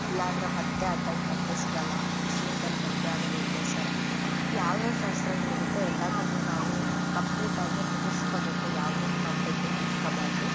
ಇಲ್ಲಾಂದರೆ ಮತ್ತು ಆ ಟೈಮ್ ಮತ್ತು ಸಿಗೋಲ್ಲ ಜೀವನ್ದಲ್ ಮದುವೆ ಆಗೋದು ಒಂದೆ ಸಲ ಯಾವ್ಯಾವ ಶಾಸ್ತ್ರಗಳಿರುತ್ತೆ ಎಲ್ಲದನ್ನು ನಾವು ಕಂಪ್ಲೀಟಾಗಿ ಮುಗುಸ್ಕೋಬೇಕು ಯಾವುದನ್ನೂ ನಾವು ಪೆಂಡಿಂಗ್ ಬಿಟ್ಕೋಬಾರ್ದು